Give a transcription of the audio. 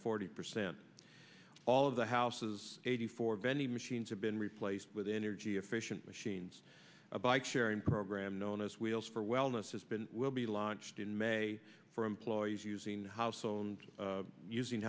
forty percent all of the houses eighty four vending machines have been replaced with energy efficient machines a bike sharing program known as wheels for wellness has been will be launched in may for employees using hous